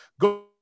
Go